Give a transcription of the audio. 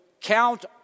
Count